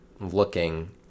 looking